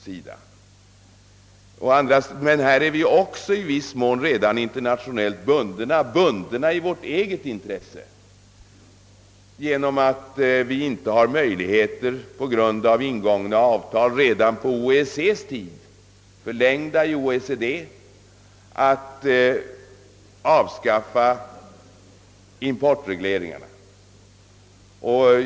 Här är vi emellertid också 1 viss mån internationellt bundna genom avtal ingångna i OEEC, förlängda i OECD, att avskaffa importregleringar na.